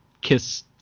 kiss